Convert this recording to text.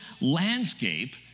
landscape